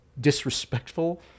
disrespectful